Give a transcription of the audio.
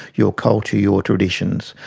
your culture, your traditions.